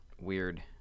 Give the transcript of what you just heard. Weird